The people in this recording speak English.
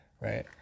Right